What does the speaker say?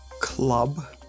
Club